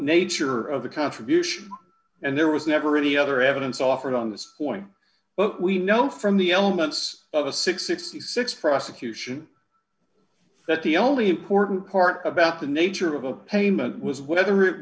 nature of the contribution and there was never any other evidence offered on this point but we know from the elements of a six hundred and sixty six prosecution that the only important part of about the nature of a payment was whether it